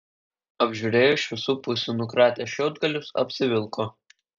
apžiūrėjo iš visų pusių nukratė šiaudgalius apsivilko